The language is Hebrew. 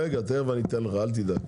רגע, תכף אני אתן לך, אל תדאג.